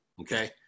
okay